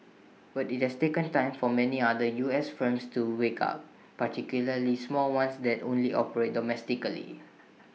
but IT has taken time for many other U S firms to wake up particularly small ones that only operate domestically